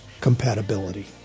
compatibility